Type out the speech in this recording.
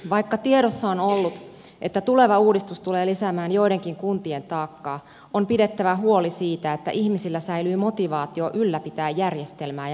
vaikka tiedossa on ollut että tuleva uudistus tulee lisäämään joidenkin kuntien taakkaa on pidettävä huoli siitä että ihmisillä säilyy motivaatio ylläpitää järjestelmää ja maksaa veroja